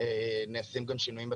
נעשים גם שינויים בתקנות.